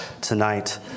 tonight